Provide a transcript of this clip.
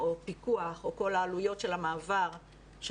או פיקוח או כל העלויות של המעבר של